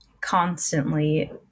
constantly